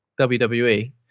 WWE